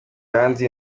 iranzi